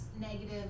negative